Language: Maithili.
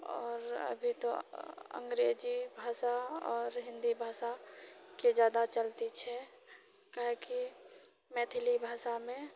आओर अभी तऽ अंग्रेजी भाषा आओर हिन्दी भाषाके जादा चलती छै काहेकि मैथिली भाषामे